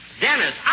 Dennis